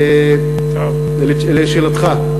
אבל לשאלתך,